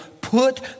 put